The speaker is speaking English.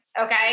Okay